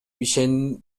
ишендирди